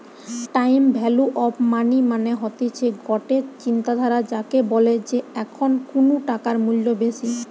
time value of money মানে হতিছে গটে চিন্তাধারা যাকে বলে যে এখন কুনু টাকার মূল্য বেশি